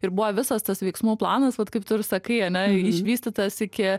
ir buvo visas tas veiksmų planas vat kaip tu ir sakai ane išvystytas iki